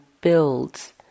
builds